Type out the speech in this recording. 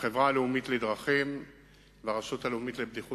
החברה הלאומית לדרכים והרשות הלאומית לבטיחות